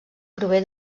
prové